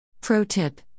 Pro-tip